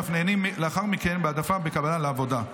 ואף נהנים לאחר מכן מהעדפה בקבלה לעבודה.